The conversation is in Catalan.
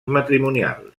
matrimonials